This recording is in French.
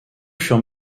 furent